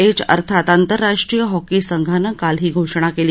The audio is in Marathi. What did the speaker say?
एच अर्थात आंतरराष्ट्रीय हॉकी संघानं काल ही घोषणा केली